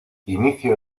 inicio